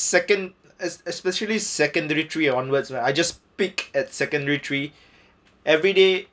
second es~ especially secondary three onwards right I just pick at secondary three everyday